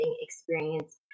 experience